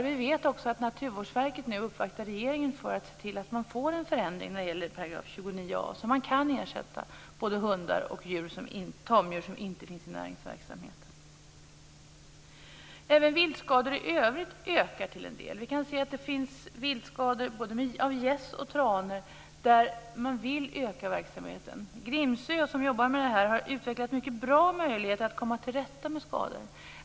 Vi vet att Naturvårdsverket nu uppvaktar regeringen för att få en ändring av 29 a §, så att man kan ersätta både hundar och tamdjur som inte finns i näringsverksamhet. Även viltskador i övrigt ökar till en del. Det är viltskador både av gäss och av tranor, och där vill man öka verksamheten. Grimsö, som arbetar med detta, har utvecklat mycket bra möjligheter att komma till rätta med skadorna.